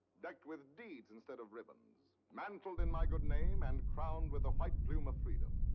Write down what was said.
decked with deeds instead of ribbons. mantled in my good name, and crowned with a white plume of freedom.